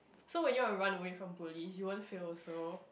so when you want to run away from police you won't fail also